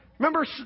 Remember